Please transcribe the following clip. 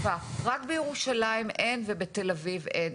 רק בירושלים ובתל אביב אין.